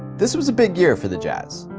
this was a big year for the jazz.